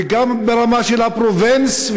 גם ברמה של הפרובנס,